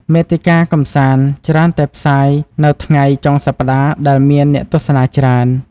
មាតិកាកម្សាន្ត ច្រើនតែផ្សាយនៅថ្ងៃ ចុងសប្តាហ៍ ដែលមានអ្នកទស្សនាច្រើន។